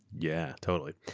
yeah, totally.